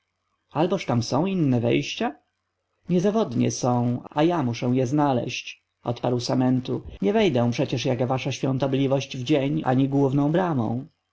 alboż tam są inne wejścia niezawodnie są a ja muszę je znaleźć odparł samentu nie wejdę przecież jak wasza świątobliwość w dzień ani główną bramą